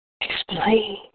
Explain